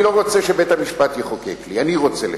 אני לא רוצה שבית-המשפט יחוקק לי, אני רוצה לחוקק.